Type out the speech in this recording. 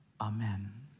Amen